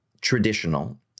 traditional